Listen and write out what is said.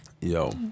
Yo